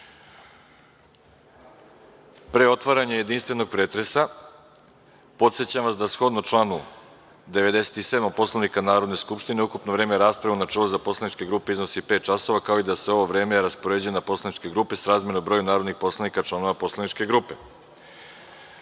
otvaranja jedinstvenog pretresa, podsećam vas da shodno članu 97. Poslovnika Narodne skupštine, ukupno vreme rasprave u načelu za poslaničke grupe iznosi pet časova, kao i da se ovo vreme raspoređuje na poslaničke grupe, srazmerno broju narodnih poslanika, članova poslaničke grupe. Molim